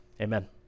Amen